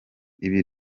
ibi